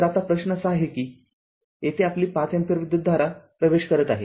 तरआता प्रश्न असा आहे की तर येथे आपली ५ अँपिअर विद्युतधारा प्रवेश करत आहे